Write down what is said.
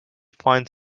find